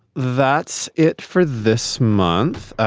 that's it for this month.